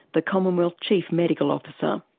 the commonwealth chief medical officer.